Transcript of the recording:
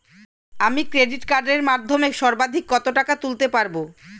আমি ক্রেডিট কার্ডের মাধ্যমে সর্বাধিক কত টাকা তুলতে পারব?